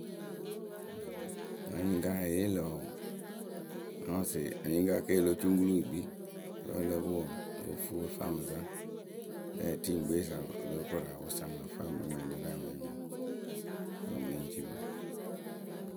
mɨŋ anyɩŋkaayǝ ya ye yee lǝ̈ wǝǝ, ŋ́ na wɔsɩ anyɩŋkaayǝ ke lo cuŋkuluwǝ wɨ kpii wǝ́ ǝ lǝ pɨ wǝǝ o fuu ǝ fɨ a mɨ zaŋ. Rɛɛ tiŋgbeyǝ sa wǝǝ o lóo koru a wasa ŋwɨ ǝ fɨ a mɨ ŋwɛnɩ rɨ aŋwɛŋuŋyǝ wǝǝ mee ŋ́ cii wǝǝ.